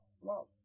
love